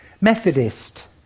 Methodist